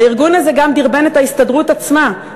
הארגון הזה גם דרבן את ההסתדרות עצמה,